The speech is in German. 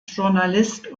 journalist